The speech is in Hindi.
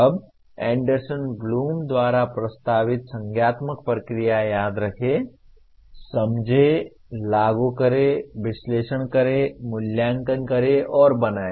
अब एंडरसन ब्लूम द्वारा प्रस्तावित संज्ञानात्मक प्रक्रियाएं याद रखें समझें लागू करें विश्लेषण करें मूल्यांकन करें और बनाएं